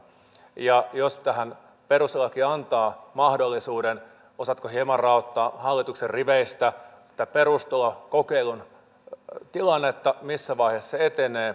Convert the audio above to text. ja jos tähän perustuslaki antaa mahdollisuuden osaatko hieman raottaa hallituksen riveistä tämän perustulokokeilun tilannetta missä vaiheessa se etenee